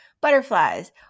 butterflies